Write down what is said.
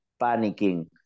panicking